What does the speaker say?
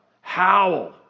howl